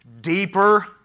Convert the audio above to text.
deeper